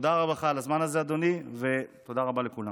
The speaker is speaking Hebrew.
תודה רבה לך על הזמן הזה, אדוני, ותודה רבה לכולם.